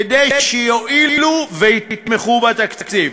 כדי שיואילו לתמוך בתקציב.